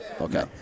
Okay